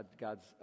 God's